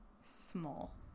Small